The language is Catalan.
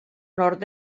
nord